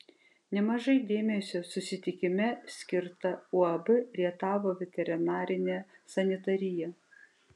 nemažai dėmesio susitikime skirta uab rietavo veterinarinė sanitarija